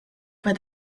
for